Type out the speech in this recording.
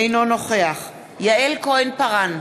אינו נוכח יעל כהן-פארן,